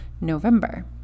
November